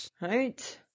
Right